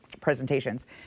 presentations